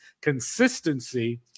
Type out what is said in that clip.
consistency